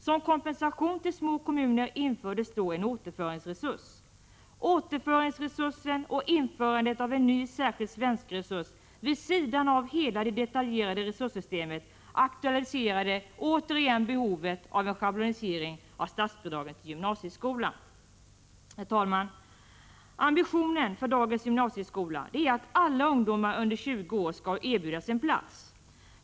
Som kompensation till små kommuner infördes då en återföringsresurs. Återföringsresursen och införandet av en ny särskild svenskresurs, vid sidan av hela det detaljerade resurssystemet, aktualiserade åter igen behovet av en schablonisering av statsbidragen till gymnasieskolan. Herr talman! Ambitionen för dagens gymnasiskola är att alla ungdomar under 20 år skall erbjudas en plats.